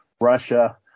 Russia